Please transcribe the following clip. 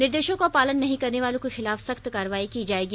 निर्देशों का पालन नहीं करने वालों के खिलाफ सख्त कार्रवाई की जाएगी